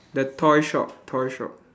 the toy shop toy shop